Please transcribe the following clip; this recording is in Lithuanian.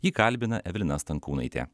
jį kalbina evelina stankūnaitė